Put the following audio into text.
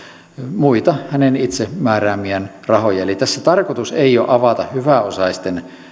muita hänen itse määräämiään rahoja eli tässä tarkoitus ei ole avata hyväosaisten